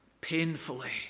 painfully